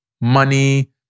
money